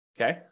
Okay